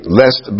lest